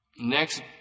Next